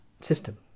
system